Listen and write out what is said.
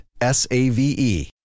S-A-V-E